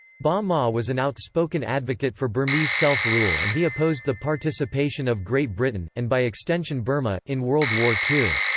ba um maw was an outspoken advocate for burmese self-rule and he opposed the participation of great britain, and by extension burma, in world war ii.